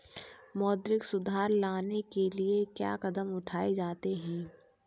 मौद्रिक सुधार लाने के लिए क्या कदम उठाए जाते हैं